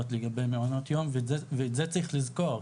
לגבי מעונות יום ואת זה צריך לזכור.